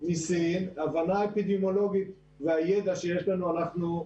הבנה אפידמיולוגית והידע שיש לנו - אנחנו,